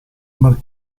mar